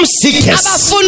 seekers